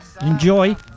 Enjoy